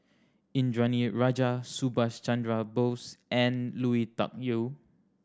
Indranee Rajah Subhas Chandra Bose and Lui Tuck Yew